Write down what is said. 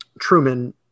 truman